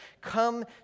come